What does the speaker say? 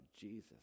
Jesus